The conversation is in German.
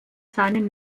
seinen